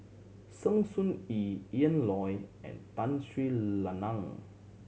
Sng Choon Yee Ian Loy and Tun Sri Lanang